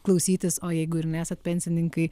klausytis o jeigu ir nesat pensininkai